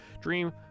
Dream